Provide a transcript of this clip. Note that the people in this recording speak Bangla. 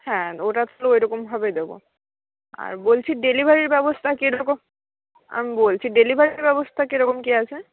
হ্যাঁ ওটা তো ওইরকম ভাবেই দেব আর বলছি ডেলিভারির ব্যবস্থা কেরকম আমি বলছি ডেলিভারির ব্যবস্থা কেরকম কী আছে